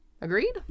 Agreed